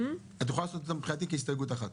כן, חוץ משלושת ההסתייגויות הראשונות.